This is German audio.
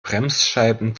bremsscheiben